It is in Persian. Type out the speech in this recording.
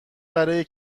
برای